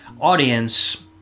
audience